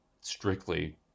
strictly